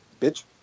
bitch